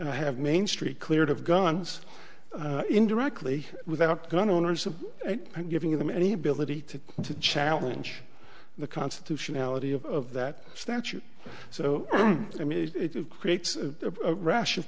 i have main street cleared of guns indirectly without gun owners giving them any ability to challenge the constitutionality of of that statute so i mean it creates a rash of